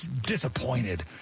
disappointed